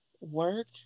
work